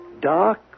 dark